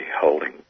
holding